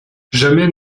jamais